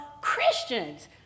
Christians